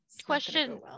question